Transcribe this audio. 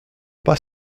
pas